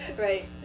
right